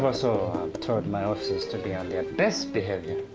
also told my officers to be on their best behaviour.